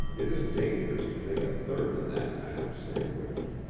it is dangerous to make a third in that kind of sandwich.